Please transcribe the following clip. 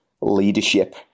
leadership